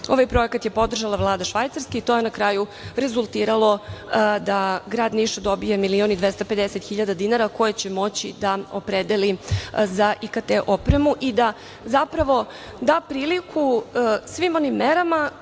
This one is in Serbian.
Ovaj projekat je podržala vlada Švajcarske i to je na kraju rezultiralo da grad Niš dobije milion i 250 hiljada dinara koje će moći da opredeliza IKT opremu i da zapravo da priliku svim onim merama